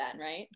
right